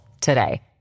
today